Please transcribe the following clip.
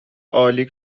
عالی